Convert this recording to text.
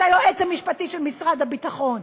את היועץ המשפטי של משרד הביטחון.